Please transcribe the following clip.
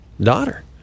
daughter